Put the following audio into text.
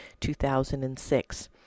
2006